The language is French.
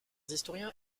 historiens